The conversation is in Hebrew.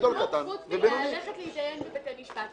היא לא תעשה כלום חוץ מללכת ולהתדיין בבתי משפט.